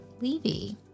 levy